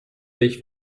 sich